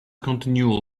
continual